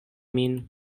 min